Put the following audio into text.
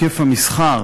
שהיקף המסחר